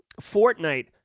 Fortnite